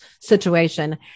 situation